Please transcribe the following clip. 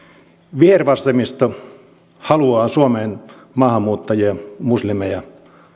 vihervasemmisto haluaa suomeen maahanmuuttajia muslimeja